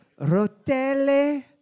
Rotelle